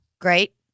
Great